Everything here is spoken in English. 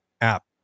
app